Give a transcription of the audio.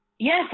Yes